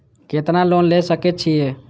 केतना लोन ले सके छीये?